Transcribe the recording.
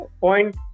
point